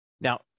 Now